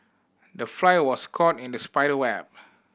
the fly was caught in the spider web